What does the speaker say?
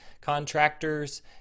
contractors